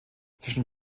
zwischen